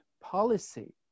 policy